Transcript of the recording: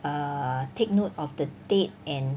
err take note of the date and